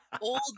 old